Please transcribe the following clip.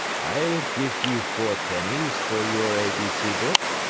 i'll give you four pennies for your a b c book,